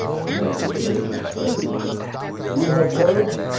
and then the missioner said you have heard?